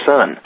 Son